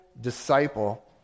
disciple